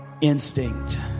instinct